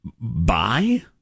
Buy